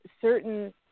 certain